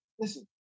Listen